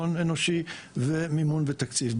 הון אנושי ומימון ותקציב.